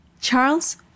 Charles